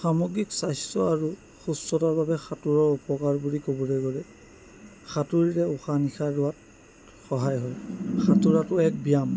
সামগ্ৰিক স্বাস্থ্য আৰু বাবে সাঁতোৰৰ উপকাৰ বুলি ক'বলৈ গ'লে সাঁতুৰিলে উশাহ নিশাহ লোৱাত সহায় হয় সাঁতোৰাটো এক ব্যায়াম